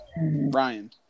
Ryan